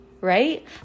right